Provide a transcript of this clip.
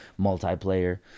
multiplayer